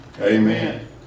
Amen